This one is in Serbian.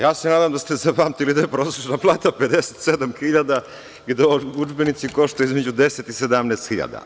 Ja se nadam da ste zapamtili da je prosečna plata 57 hiljada i da udžbenici koštaju između 10 i 17 hiljada.